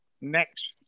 next